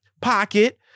pocket